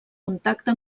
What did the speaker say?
contacte